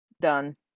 Done